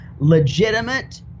Legitimate